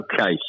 Okay